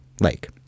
lake